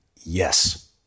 Yes